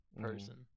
person